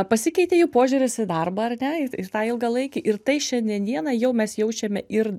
pasikeitė jų požiūris į darbą ar ne ir tą ilgalaikį ir tai šiandien dieną jau mes jaučiame ir